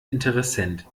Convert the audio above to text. interessent